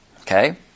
Okay